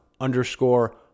underscore